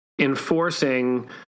enforcing